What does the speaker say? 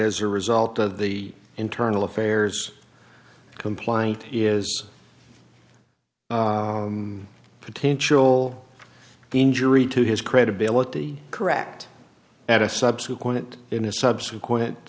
as a result of the internal affairs complaint is potential the injury to his credibility correct at a subsequent in a subsequent